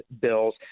bills